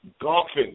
Golfing